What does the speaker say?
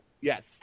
Yes